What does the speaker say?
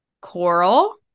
Coral